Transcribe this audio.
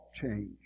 change